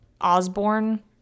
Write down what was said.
Osborne